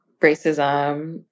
racism